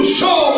show